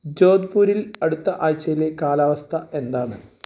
ജോധ്പുരിൽ അടുത്ത ആഴ്ചയിലെ കാലാവസ്ഥ എന്താണ്